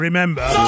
Remember